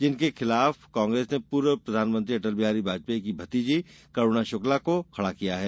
जिनके खिलाफ कांग्रेस ने पूर्व प्रधानमंत्री अटल बिहारी वाजपेयी की भतीजी करूणा शुक्ला को खड़ा किया है